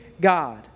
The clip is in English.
God